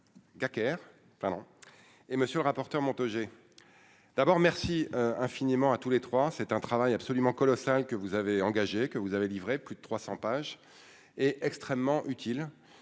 et monsieur le rapporteur, Montaugé d'abord, merci infiniment à tous les trois, c'est un travail absolument colossale que vous avez engagé que vous avez livré plus de 300 pages et extrêmement utile